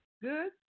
Good